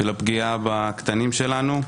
של הפגיעה בקטנים שלנו.